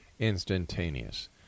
instantaneous